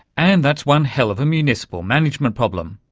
and that's one hell of a municipal management problem,